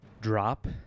drop